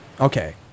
okay